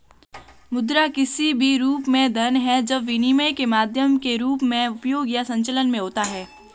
मुद्रा किसी भी रूप में धन है जब विनिमय के माध्यम के रूप में उपयोग या संचलन में होता है